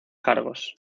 cargos